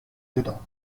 dedans